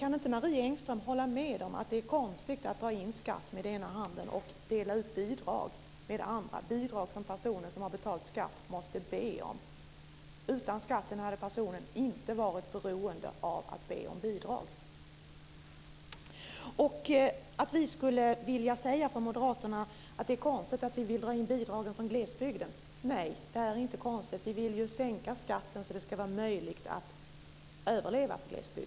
Kan inte Marie Engström hålla med om att det är konstigt att dra in skatt med ena handen och dela ut bidrag med den andra - bidrag som personer som betalat skatt måste be om? Utan skatten hade personen inte varit beroende av att be om bidrag. Att vi moderater vill dra in bidragen från glesbygden är inte konstigt. Vi vill ju sänka skatten så att det ska vara möjligt för glesbygden att överleva.